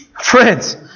Friends